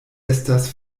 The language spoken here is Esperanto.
estas